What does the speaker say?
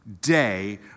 day